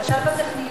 למשל בטכניון,